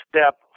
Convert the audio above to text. step